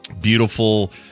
Beautiful